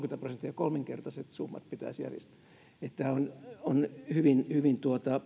prosenttia kolminkertaiset summat pitäisi järjestää on hyvin hyvin